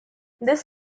this